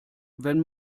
wenn